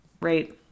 right